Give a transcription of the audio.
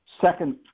Second